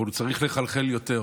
הוא צריך לחלחל יותר,